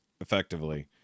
effectively